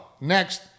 Next